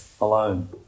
alone